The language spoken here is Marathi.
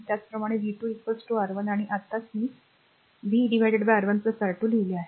त्याचप्रमाणे v 2 r i आणि आत्ताच मी v R1 R2 पाहिले आहे